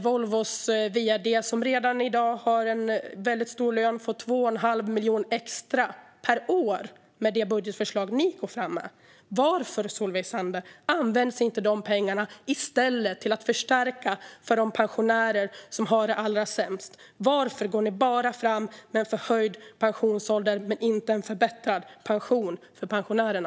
Volvos vd, som redan i dag har en väldigt stor lön, får 2 1⁄2 miljon extra per år med det budgetförslag som ni går fram med. Varför, Solveig Zander, används inte de pengarna i stället till att förstärka för de pensionärer som har det allra sämst? Varför går ni bara fram med höjd pensionsålder och inte en förbättrad pension för pensionärerna?